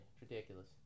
Ridiculous